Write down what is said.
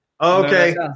Okay